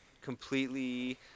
completely